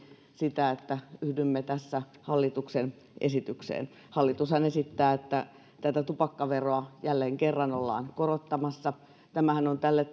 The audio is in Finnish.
sitä että yhdymme hallituksen esitykseen hallitushan esittää että tätä tupakkaveroa jälleen kerran ollaan korottamassa tämähän on tälle